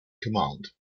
command